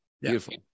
Beautiful